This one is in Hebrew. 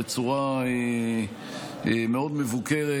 בצורה מאוד מבוקרת,